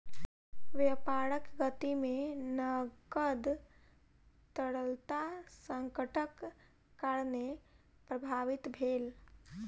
व्यापारक गति में नकद तरलता संकटक कारणेँ प्रभावित भेल